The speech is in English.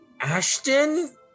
Ashton